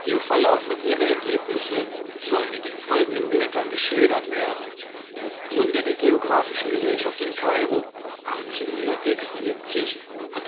ihr verlauf und ihre ergebnisse sollen in den folgenden blättern geschildert werden gründer der geographischen gesellschaft in kairo hat